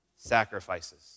sacrifices